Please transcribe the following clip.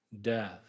death